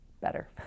better